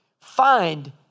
find